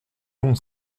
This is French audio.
long